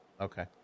Okay